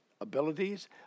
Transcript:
abilities